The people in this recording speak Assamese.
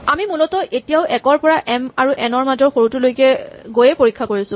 আমি মূলতঃ এতিয়াও ১ ৰ পৰা এম আৰু এন ৰ মাজৰ সৰুটোলৈকে গৈয়ে পৰীক্ষা কৰিছো